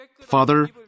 Father